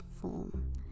form